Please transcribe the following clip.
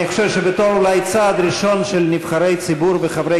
אני חושב שאולי בתור צעד ראשון של נבחרי ציבור וחברי